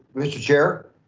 mr. chair,